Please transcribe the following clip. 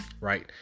right